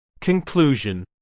Conclusion